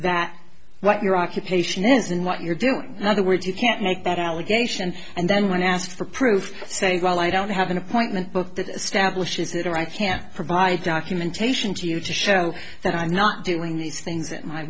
that what your occupation is and what you're doing other words you can't make that allegation and then when asked for proof saying well i don't have an appointment book that establishes it or i can provide documentation to you to show that i'm not doing these things